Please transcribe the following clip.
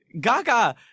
Gaga